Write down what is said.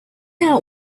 out